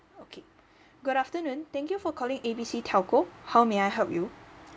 okay good afternoon thank you for calling A B C telco how may I help you